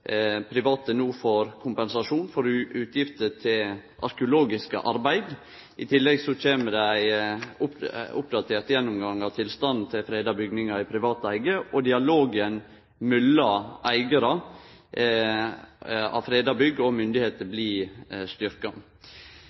private no får kompensasjon for utgifter til arkeologiske arbeid. I tillegg kjem det ein oppdatert gjennomgang av tilstanden til freda bygningar i privat eige, og dialogen mellom eigarar av freda bygg og myndigheiter blir